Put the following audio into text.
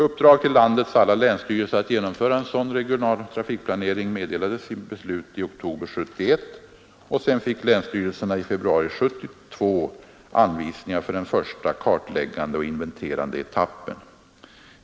Uppdrag till landets alla länsstyrelser att genomföra en sådan regional trafikplanering meddelades i ett beslut i oktober 1971, och sedan fick länsstyrelserna i februari 1972 anvisningar för den första kartläggande och inventerande etappen.